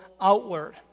outward